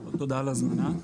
אדוני, רק לעניין המע"מ,